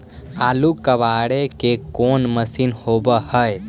आलू कबाड़े के कोन मशिन होब है?